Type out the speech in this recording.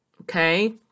okay